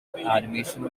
animation